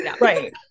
Right